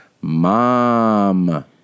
mom